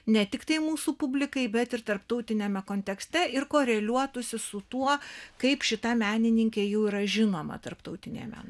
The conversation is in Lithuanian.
ne tiktai mūsų publikai bet ir tarptautiniame kontekste ir koreliuotųsi su tuo kaip šita menininkė jau yra žinoma tarptautinėje meno